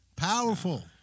Powerful